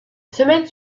semaine